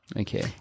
okay